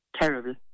Terrible